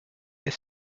est